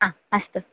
अस्तु